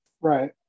Right